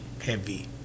heavy